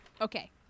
okay